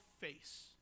face